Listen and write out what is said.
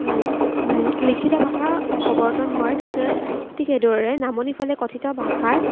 লিখিত ভাষাৰ প্ৰৱৰ্তন হয় ঠিক সেইদৰে নামনিৰ ফালে কথিত ভাষাৰ